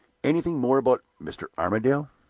anything more about mr. armadale?